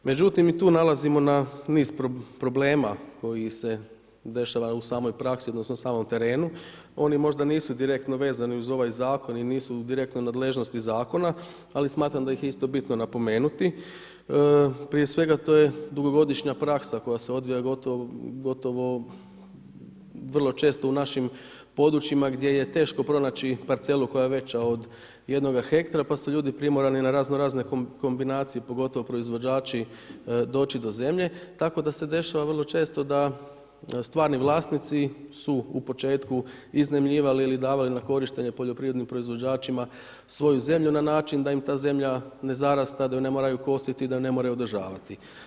Međutim i tu nailazimo na niz problema koji se dešava u samoj praksi, odnosno samom terenu, oni možda nisu direktno vezani uz ovaj zakon i nisu u direktnoj nadležnosti zakona, ali smatram da ih je isto bitno napomenuti, prije svega to je dugogodišnja praksa koja se odvija gotovo vrlo često u našim područjima gdje je teško pronaći parcelu koja je veća od jednoga hektara pa su ljudi primorani na razno razne kombinacije, pogotovo proizvođači doći do zemlje, tako da se dešava vrlo često da stvarni vlasnici su u početku iznajmljivali ili davali na korištenje poljoprivrednim proizvođačima svoju zemlju na način da im ta zemlja ne zarasta, da ju ne moraju kositi, da ju ne moraju održavati.